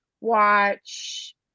watch